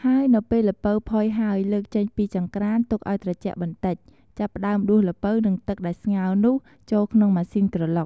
ហើយនៅពេលល្ពៅផុយហើយ លើកចេញពីចង្ក្រាន ទុកឲ្យត្រជាក់បន្តិច ចាប់ផ្ដើមដួសល្ពៅនិងទឹកដែលស្ងោរនោះ ចូលក្នុងម៉ាស៊ីនក្រឡុក។